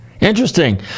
Interesting